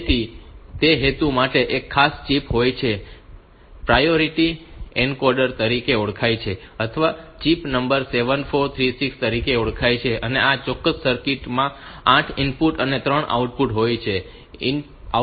તેથી તે હેતુ માટે એક ખાસ ચિપ હોય છે જે પ્રાયોરિટી એન્કોડર તરીકે ઓળખાય છે અથવા ચિપ નંબર 74366 તરીકે ઓળખાય છે અને આ ચોક્કસ સર્કિટ માં 8 ઇનપુટ અને 3 આઉટપુટ હોય છે